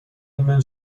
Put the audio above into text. ایمن